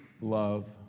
love